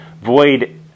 Void